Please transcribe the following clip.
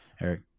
Eric